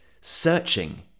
searching